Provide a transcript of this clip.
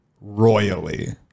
royally